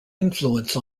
influence